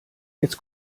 jetzt